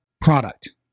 product